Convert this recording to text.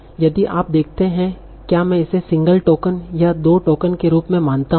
यदि आप देखते हैं क्या मैं इसे सिंगल टोकन या दो टोकन के रूप में मानता हूं